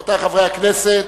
רבותי חברי הכנסת,